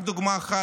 רק דוגמה אחת,